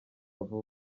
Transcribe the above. vuba